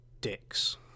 dicks